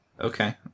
Okay